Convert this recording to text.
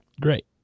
great